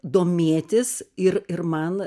domėtis ir ir man